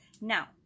now